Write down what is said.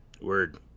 Word